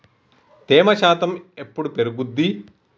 తేమ శాతం ఎప్పుడు పెరుగుద్ది?